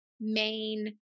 main